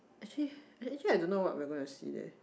actually eh actually I don't know what we're gonna see leh